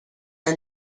are